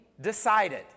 decided